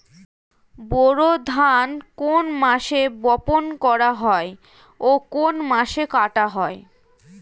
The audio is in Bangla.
বোরো ধান কোন মাসে বপন করা হয় ও কোন মাসে কাটা হয়?